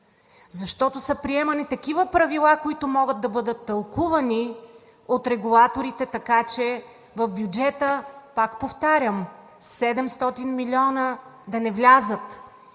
Защото са приемани такива правила, които могат да бъдат тълкувани от регулаторите, така че в бюджета, пак повтарям – 700 млн. лв. да не влязат,